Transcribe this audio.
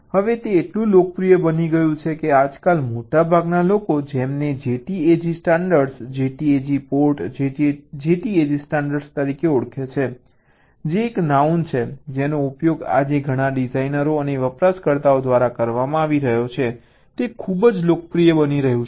હવે તે એટલું લોકપ્રિય બન્યું છે કે આજકાલ મોટાભાગના લોકો તેમને JTAG standard JTAG port JTAG standard તરીકે ઓળખે છે જે એક નાઉન છે જેનો ઉપયોગ આજે ઘણા ડિઝાઇનરો અને વપરાશકર્તાઓ દ્વારા કરવામાં આવે છે તે ખૂબ લોકપ્રિય બની ગયું છે